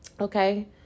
okay